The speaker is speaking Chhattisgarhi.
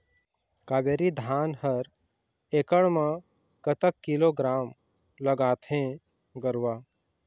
कावेरी धान हर एकड़ म कतक किलोग्राम लगाथें गरवा?